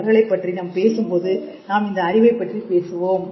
அவர்களைப் பற்றி பேசும் போது இந்த இந்த அறிவைப் பற்றியும் பேசுவோம்